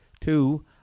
Two